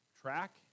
track